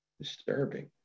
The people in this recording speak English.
disturbing